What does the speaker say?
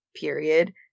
period